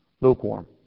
lukewarm